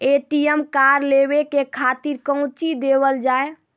ATM card लेवे के खातिर कौंची देवल जाए?